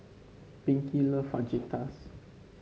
Pinkie love Fajitas